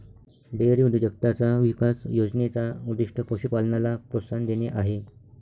dairy उद्योजकताचा विकास योजने चा उद्दीष्ट पशु पालनाला प्रोत्साहन देणे आहे